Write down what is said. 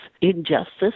injustice